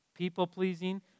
People-pleasing